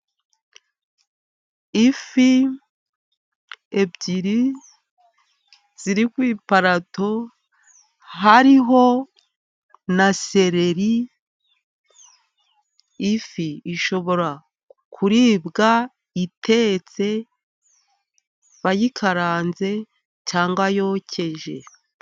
Ifi ebyiri ziri ku iparato hariho na sereri. Ifi ishobora kuribwa itetse ,bayikaranze cyangwa yokeje.